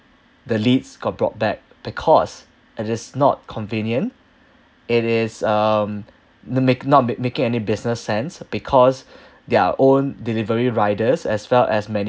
the lids got brought back because it is not convenient it is um the make not mak~ making any business sense because their own delivery riders as well as many